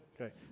okay